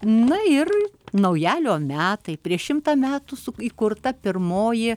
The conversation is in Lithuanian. na ir naujalio metai prieš šimtą metų su įkurta pirmoji